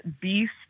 Beast